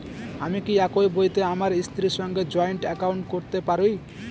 আমি কি একই বইতে আমার স্ত্রীর সঙ্গে জয়েন্ট একাউন্ট করতে পারি?